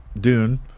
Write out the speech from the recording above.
Dune